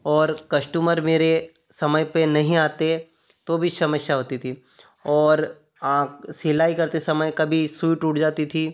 और कश्टमर मेरे समय पे नहीं आते तो भी समस्या होती थी और सिलाई करते समय कभी सुई टूट जाती थी